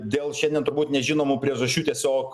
dėl šiandien turbūt nežinomų priežasčių tiesiog